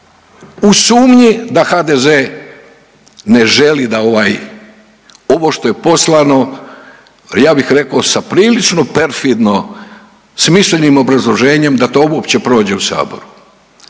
u sumnji da HDZ ne želi da ovaj ovo što je poslano, ja bih rekao sa prilično perfidno smislenim obrazloženjem da to uopće prođe u Saboru.